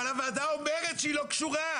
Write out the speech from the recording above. אבל הוועדה אומרת שהיא לא קשורה,